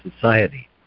Society